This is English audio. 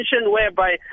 whereby